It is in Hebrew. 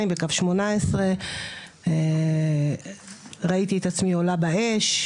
בקו 18. ראיתי את עצמי עולה באש.